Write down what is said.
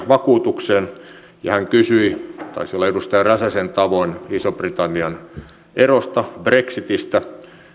vakuutukseen ja hän kysyi taisi olla edustaja räsäsen tavoin ison britannian erosta brexitistä